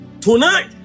tonight